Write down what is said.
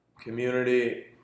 Community